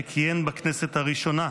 שכיהן בכנסת הראשונה,